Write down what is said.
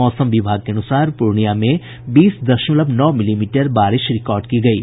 मौसम विभाग के अनूसार पूर्णिया में बीस दशमलव नौ मिलीमीटर बारिश रिकॉर्ड की गयी